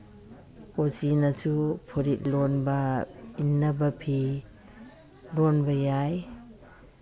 ꯀꯣꯆꯤꯅꯁꯨ ꯐꯨꯔꯤꯠ ꯂꯣꯟꯕ ꯏꯟꯅꯕ ꯐꯤ ꯂꯣꯟꯕ ꯌꯥꯏ